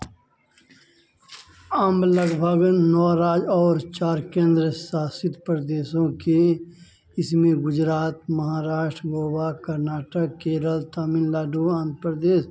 लगभग नौ राज्य और चार केंद्र शासित प्रदेशों के इसमें गुजरात महाराष्ट्र गोवा कर्नाटक केरल तमिलनाडु आंध्र प्रदेश